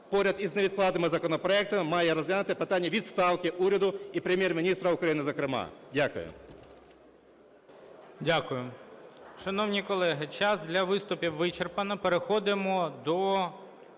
поряд із невідкладними законопроектами має розглянути питання відставки уряду і Прем'єр-міністра України, зокрема. Дякую. ГОЛОВУЮЧИЙ. Дякую. Шановні колеги, час для виступів вичерпано. Переходимо до...